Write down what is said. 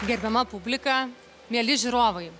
gerbiama publika mieli žiūrovai